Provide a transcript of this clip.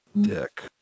dick